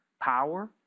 power